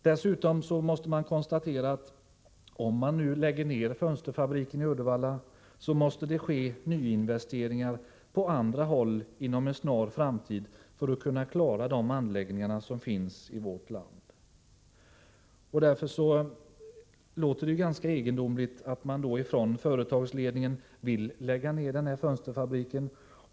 Dessutom kan man konstatera att om fönsterfabriken i Uddevalla läggs ned måste det ske nyinvesteringar på andra håll inom en snar framtid för att man skall kunna klara de anläggningar som finns i vårt land. Därför låter det ganska egendomligt att företagsledningen vill lägga ned den här fönsterfabriken.